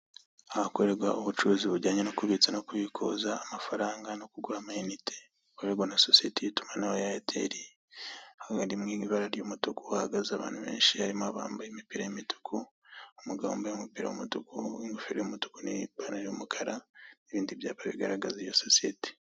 Ahakorerwa ubucuruzi bujya no kubitsa no kubikuza amafaranga no kugura amayinite, hakorerwa na sosiyete y'itumanaho rya eyateli, haba harimo ibara ry'umutuku hahagaze abantu benshi, harimo abambaye imipira y'umutuku, umugabo wambaye umupira w'umutuku, ingofero y'umutuku, n'ipantaro y'umukara, ibyapa bigaragaza iyo sosiyete.